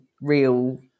real